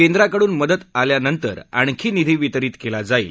केंद्राकडून मदत आल्यानंतर आणखी निधी वितरित केला जाईल